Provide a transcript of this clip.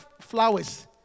flowers